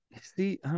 see